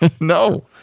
No